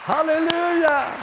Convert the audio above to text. Hallelujah